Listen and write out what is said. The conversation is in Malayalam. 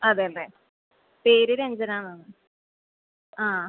അതെ അല്ലേ പേര് രഞ്ജനാ എന്ന് ആ